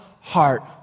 heart